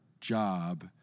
job